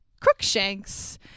Crookshanks